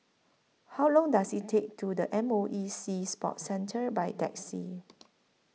How Long Does IT Take to The M O E Sea Sports Centre By Taxi